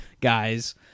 guys